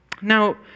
Now